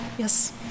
Yes